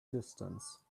distance